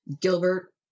gilbert